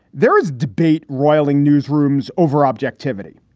there is debate roiling newsrooms over objectivity.